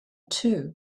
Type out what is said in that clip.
too